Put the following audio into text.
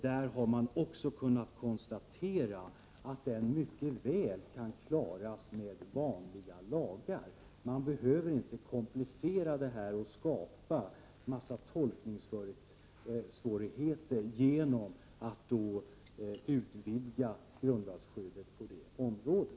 Där har man också kunnat konstatera att den mycket väl kan klaras med vanliga lagar. Man behöver inte komplicera detta och skapa en massa tolkningssvårigheter genom att utvidga grundlagsskyddet på det området.